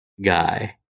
guy